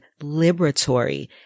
liberatory